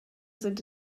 sind